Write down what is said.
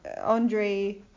Andre